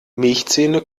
milchzähne